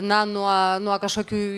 na nuo nuo kažkokių